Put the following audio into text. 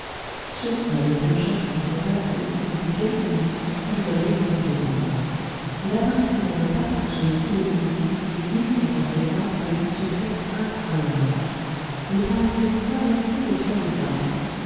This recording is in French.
sur quoi le père jacques nous conta que depuis quelques nuits il voyait le fantôme noir il apparaissait dans le parc sur le coup de minuit et glissait contre les arbres avec une souplesse incroyable il paraissait traverser le tronc des arbres